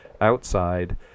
outside